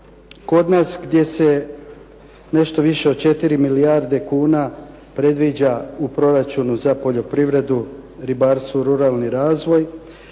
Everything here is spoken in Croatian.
kod nas gdje se nešto više od 4 milijarde kuna predviđa u proračunu za poljoprivredu, ribarstvo, ruralni razvoj,